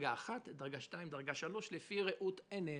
דרגה 1, דרגה 2 או דרגה 3 לפי ראות עינינו.